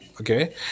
okay